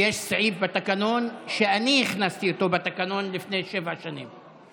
יש סעיף בתקנון שאני הכנסתי לתקנון לפני שבע שנים.